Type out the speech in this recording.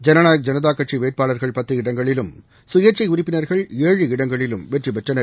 ஜனநாயக் ஜனதா கட்சி வேட்பாளர்கள் பத்து இடங்களிலும் சுயேட்சை உறுப்பினர்கள் ஏழு இடங்களிலும் வெற்றி பெற்றனர்